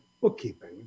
bookkeeping